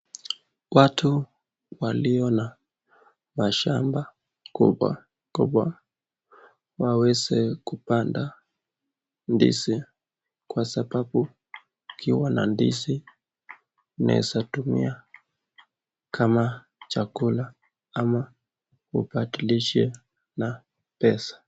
Watu walio na mashamba kubwa kubwa waweze kupanda ndizi kwa sababu ukiwa na ndizi unaweza tumia kama chakula ama ubadilishe na pesa.